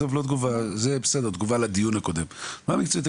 זה תגובה לדיון הקודם תגובה מקצועית.